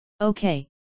Okay